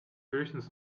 höchstens